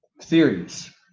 theories